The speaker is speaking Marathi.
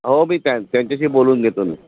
हो मी त्या त्यांच्याशी बोलून घेतो मी